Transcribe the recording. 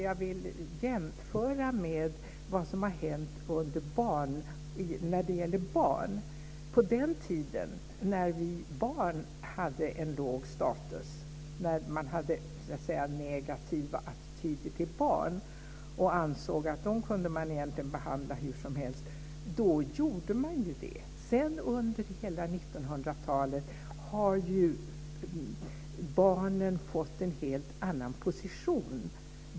Jag vill jämföra med vad som hänt när det gäller barn. På den tiden när barn hade en låg status och när man hade negativa attityder till barn och ansåg att man egentligen kunde behandla dem hur som helst, då gjorde man ju det. Sedan under hela 1900-talet har ju barnen fått en helt annan position.